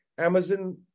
Amazon